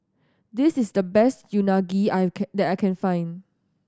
this is the best Unagi I can that I can find